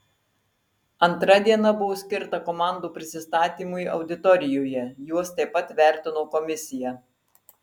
antra diena buvo skirta komandų prisistatymui auditorijoje juos taip pat vertino komisija